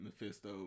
Mephisto